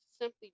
simply